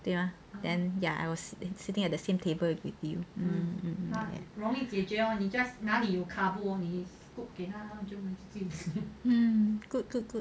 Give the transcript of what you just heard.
对吗 then ya I was sitting at the same table with you